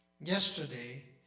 Yesterday